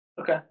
Okay